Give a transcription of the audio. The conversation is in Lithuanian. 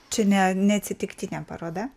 čia ne neatsitiktinė paroda